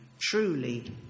Truly